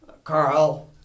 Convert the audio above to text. Carl